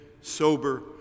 sober